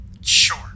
Sure